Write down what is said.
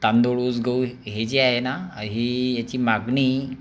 तांदूळ गहू ही जी आहे ना ही याची मागणी